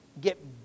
get